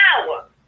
power